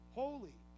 holy